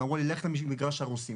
הם אמרו לי "לך למגרש הרוסים".